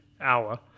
hour